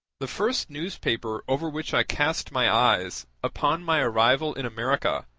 the first newspaper over which i cast my eyes, upon my arrival in america,